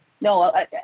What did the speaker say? no